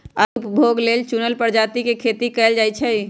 आदमी के उपभोग लेल चुनल परजाती के खेती कएल जाई छई